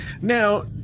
Now